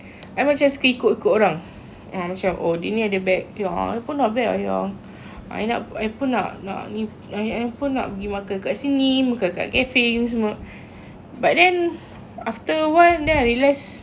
I macam suka ikut-ikut orang ah macam oh dia ni ada bag dior I pun nak bag ah yang I nak pun nak I I pun nak pergi makan kat sini makan kat cafe ni semua but then after awhile then I realise